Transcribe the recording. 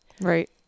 Right